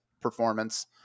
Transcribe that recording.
performance